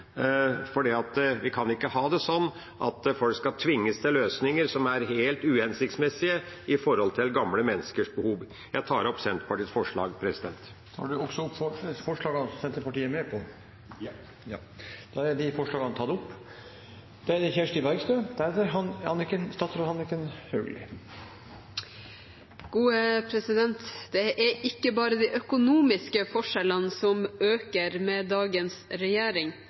vi kan ikke ha det sånn at folk skal tvinges til løsninger som er helt uhensiktsmessige i forhold til gamle menneskers behov. Jeg tar opp Senterpartiets forslag og forslagene vi er med på. Representanten Per Olaf Lundteigen har tatt opp de forslagene han refererte til. Det er ikke bare de økonomiske forskjellene som øker med dagens regjering, også det digitale gapet øker – gapet mellom dem som henger med